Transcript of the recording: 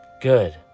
Good